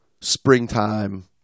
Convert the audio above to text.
Springtime